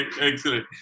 Excellent